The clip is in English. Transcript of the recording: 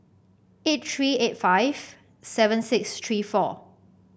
eight three eight five seven six three four